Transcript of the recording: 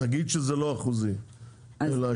נגיד שזה לא אחוזי אלא שקלי.